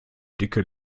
dicke